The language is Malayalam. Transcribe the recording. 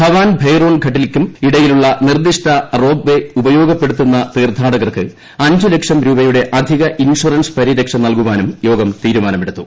ഭവാൻ ഭെയ്റോൺ ഘട്ടിയ്ക്കും ഇടയിലുള്ള നിർദ്ദിഷ്ട റോപ്വേ ഉപയോഗപ്പെടുത്തുന്ന തീർത്ഥാടകർക്ക് അഞ്ച് ലക്ഷം രൂപയുടെ അധിക ഇൻഷറൻസ് പരിരക്ഷ നൽകാനും യോഗം തീരുമാനമെടുത്തു